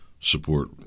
support